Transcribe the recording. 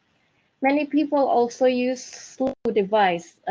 many people also use slow device,